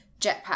Jetpack